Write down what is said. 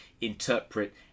interpret